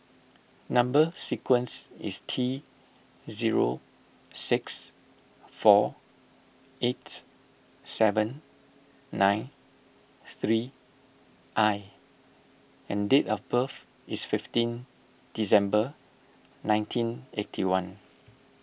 Number Sequence is T zero six four eight seven nine three I and date of birth is fifteen December nineteen eighty one